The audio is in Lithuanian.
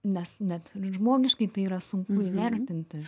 nes net ir žmogiškai tai yra sunku įvertinti